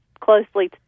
closely